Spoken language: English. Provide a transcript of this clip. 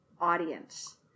audience